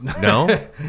no